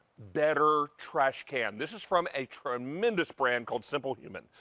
better trash can. this is from a tremendous brand called simplehuman.